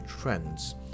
trends